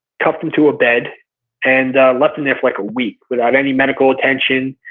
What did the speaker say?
cuffed him to bed and left him there for like a week without any medical attention.